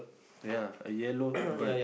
ya a yellow bird